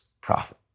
profit